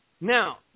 Now